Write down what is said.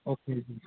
okay ਜੀ